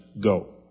go